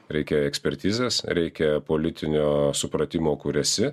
reikia ekspertizės reikia politinio supratimo kur esi